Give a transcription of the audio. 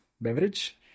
beverage